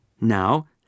Now